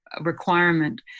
requirement